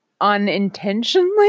unintentionally